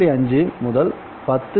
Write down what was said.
5 10 G